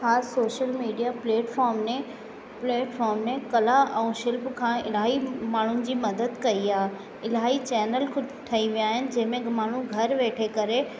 मां social media platform में platform में कला ऐं शिल्प खां इलाही माण्हुनि जी मदद कई आहे इलाही चैनल कुझु ठही विया आहिनि जंहिं में माण्हू घरु वेठे करे